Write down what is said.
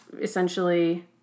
essentially